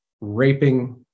raping